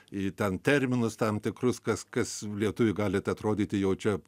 į ten terminus tam tikrus kas kas lietuviui gali tai atrodyti jau čia